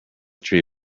tree